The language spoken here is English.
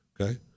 Okay